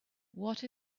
what